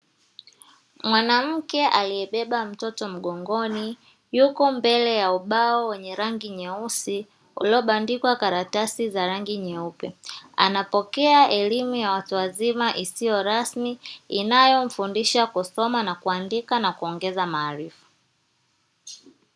Mwanamke aliyebeba mtoto mgongoni yuko mbele ya ubao wenye rangi nyeusi uliobandikwa karatasi za rangi nyeupe, anapokea elimu ya watu wazima isiyo rasmi inayofundisha kusoma na kuandika na kuongeza maarifa.